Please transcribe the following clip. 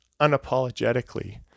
unapologetically